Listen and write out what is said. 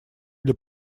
для